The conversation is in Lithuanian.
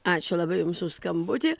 ačiū labai jums už skambutį